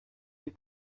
you